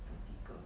vertical